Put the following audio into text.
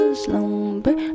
slumber